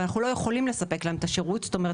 אבל אנחנו לא יכולים לספק להם את השירות; זאת אומרת,